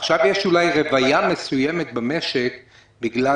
עכשיו יש אולי רוויה מסוימת במשק בגלל